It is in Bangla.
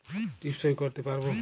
টিপ সই করতে পারবো?